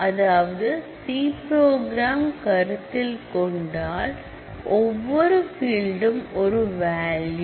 அதாவது C program கருத்தில் கொண்டால் ஒவ்வொரு பீல்டு ஒரு வேல்யூ